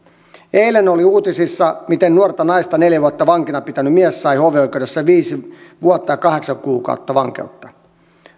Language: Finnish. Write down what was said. eilen oli uutisissa miten nuorta naista neljä vuotta vankina pitänyt mies sai hovioikeudessa viisi vuotta ja kahdeksan kuukautta vankeutta